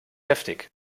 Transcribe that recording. heftig